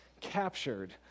captured